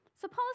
suppose